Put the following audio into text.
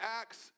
Acts